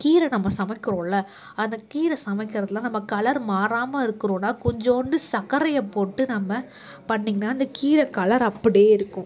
கீரை நம்ம சமைக்கிறோமில்ல அந்த கீரை சமைக்கிறதில் நம்ம கலர் மாறாமல் இருக்கிறோனா கொஞ்சோண்டு சர்க்கரையப் போட்டு நம்ம பண்ணிங்கனால் அந்த கீரை கலர் அப்படியே இருக்கும்